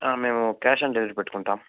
మేము cash on delivery పెట్టుకుంటాం